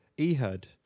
Ehud